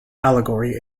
allegory